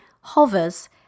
hovers